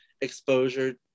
exposure